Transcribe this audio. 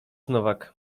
nowak